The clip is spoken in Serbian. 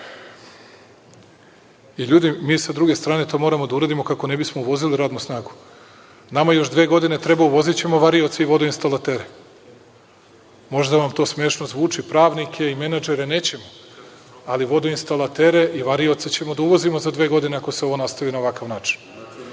I, ljudi mi sa druge strane to moramo da uradimo kako ne bismo uvozili radnu snagu. Nama još dve godine treba, uvozićemo varioce i vodinstalatere. Možda vam to smešno zvuči, pravnike i menadžere nećemo, ali vodinstalatere i varioce ćemo da uvozimo za dve godine ako se ovako nastavi na ovakav način. Nećemo